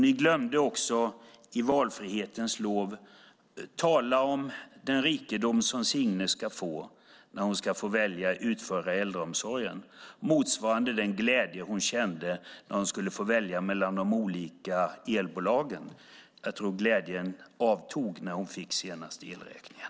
Ni glömde också i valfrihetens lov tala om den rikedom som Signe ska få när hon ska få välja utförare i äldreomsorgen motsvarande den glädje hon kände när hon skulle få välja mellan de olika elbolagen. Jag tror att glädjen avtog när hon fick den senaste elräkningen.